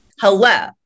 Hello